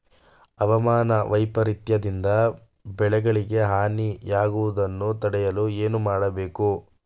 ಹವಾಮಾನ ವೈಪರಿತ್ಯ ದಿಂದ ಬೆಳೆಗಳಿಗೆ ಹಾನಿ ಯಾಗುವುದನ್ನು ತಡೆಯಲು ಏನು ಮಾಡಬೇಕು?